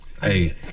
Hey